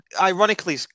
ironically